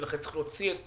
ולכן יש להוציא את